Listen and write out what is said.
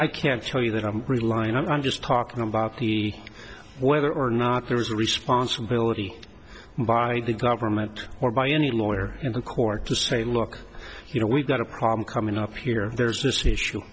i can't show you that i'm relying i'm just talking about the whether or not there is a responsibility by the government or by any lawyer in the court to say look you know we've got a problem coming up here there's this issue